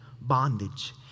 bondage